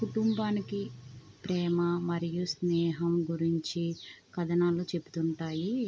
కుటుంబానికి ప్రేమా మరియు స్నేహం గురించి కథనాలు చెబుతూ ఉంటాయి